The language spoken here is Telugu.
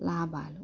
లాభాలు